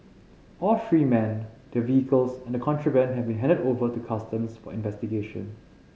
all three men their vehicles and the contraband have been handed over to Customs for investigation